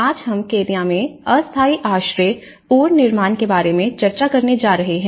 आज हम केन्या में अस्थायी आश्रय पुनर्निर्माण के बारे में चर्चा करने जा रहे हैं